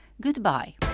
Goodbye